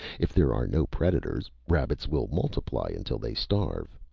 if there are no predators, rabbits will multiply until they starve.